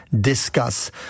Discuss